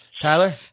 Tyler